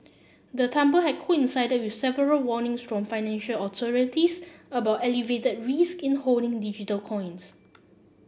the tumble had coincided you several warnings from financial authorities about elevated risk in holding digital coins